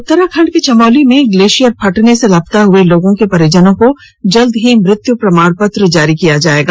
उत्तराखंड के चमौली में गलेशियर फटने से लापता हुए लोगों के परिजनों को जल्द ही मृत्यु प्रमाण पत्र जारी किया जायेगा